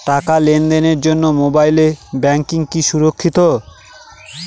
টাকা লেনদেনের জন্য মোবাইল ব্যাঙ্কিং কি সুরক্ষিত?